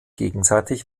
gegenseitig